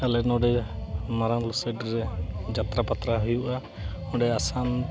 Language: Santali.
ᱟᱞᱮ ᱱᱚᱰᱮ ᱢᱟᱨᱟᱝ ᱜᱚᱸᱥᱟᱭᱰᱤ ᱨᱮ ᱡᱟᱛᱨᱟ ᱯᱟᱛᱨᱟ ᱦᱩᱭᱩᱜᱼᱟ ᱚᱸᱰᱮ ᱟᱥᱟᱢ